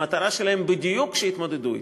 המטרה שלהן בדיוק היא שיתמודדו אתן,